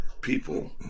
people